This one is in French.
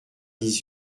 dix